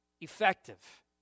effective